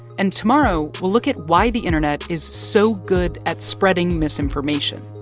and tomorrow, we'll look at why the internet is so good at spreading misinformation.